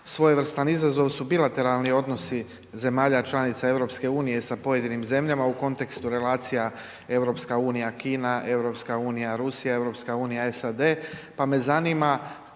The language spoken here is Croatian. svojevrstan izazov su bilateralni odnosi zemalja članica EU sa pojedinim zemljama u kontekstu relacija EU-Kina, EU-Rusija, EU-SAD, pa me zanima kakvi